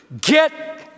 Get